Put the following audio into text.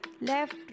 Left